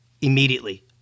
immediately